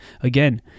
again